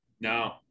no